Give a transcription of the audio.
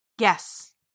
yes